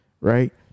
Right